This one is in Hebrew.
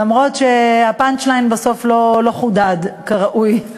למרות שה-punch line בסוף לא חודד כראוי.